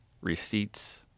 receipts